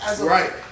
right